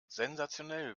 sensationell